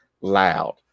loud